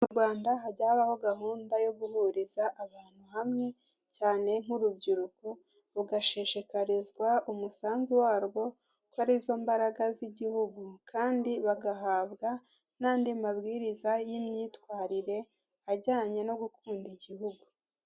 Mu Rwanda hajya habaho gahunda yo guhuriza abantu hamwe cyane nk' urubyiruko rugashishikarizwa umusanzu warwo ko arizo mbaraga z' igihugu, kandi bagahabwa n' andi mabwiriza y' imyitwarire ajyanye no gukunda igihugu.